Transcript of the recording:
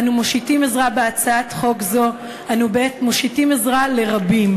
בהצעת חוק זו אנו מושיטים עזרה לרבים: